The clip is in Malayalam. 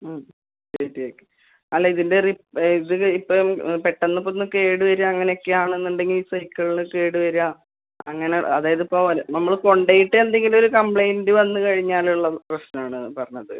ഉം റെഡിയാക്കി അല്ല ഇതിന്റെ ഒരു ഇത് ഇപ്പം പെട്ടെന്ന് ഇപ്പം ഒന്ന് കേട് വരിക അങ്ങനെ ഒക്കെ ആണെന്നുണ്ടെങ്കിൽ സൈക്കിൾള്ള് കേട് വരിക അങ്ങനെ അതായതിപ്പൊ നമ്മള് കൊണ്ടുപോയിട്ട് എന്തെങ്കിലും കമ്പ്ലൈൻറ്റ് വന്ന് കഴിഞ്ഞാലുള്ള പ്രശ്നമാണ് പറഞ്ഞത്